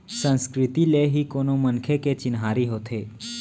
संस्कृति ले ही कोनो मनखे के चिन्हारी होथे